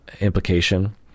implication